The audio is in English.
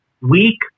weak